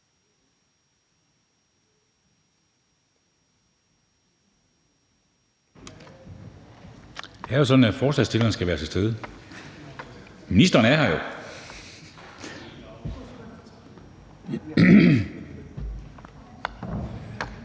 Det er jo sådan, at forslagsstillerne skal være til stede. Ministeren er her jo.